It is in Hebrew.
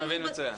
אתה מבין מצוין.